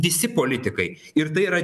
visi politikai ir tai yra